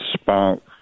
spark